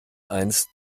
eins